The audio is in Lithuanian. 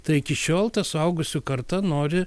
tai iki šiol ta suaugusių karta nori